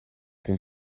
dem